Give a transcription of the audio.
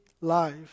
life